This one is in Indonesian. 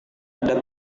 ada